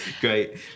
Great